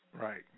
Right